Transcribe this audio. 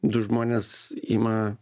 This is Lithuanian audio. du žmonės ima